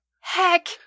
heck